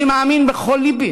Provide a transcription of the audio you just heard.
אני מאמין בכל לבי